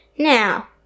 Now